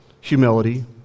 humility